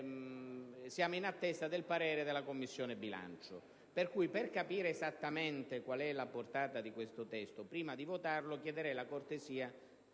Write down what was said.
siamo in attesa del parere della Commissione bilancio. Pertanto, per capire esattamente qual è la portata di questo testo, prima di votarlo, chiederei la cortesia,